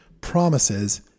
Promises